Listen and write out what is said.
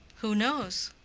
who knows?